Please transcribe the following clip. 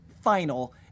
final